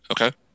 Okay